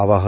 आवाहन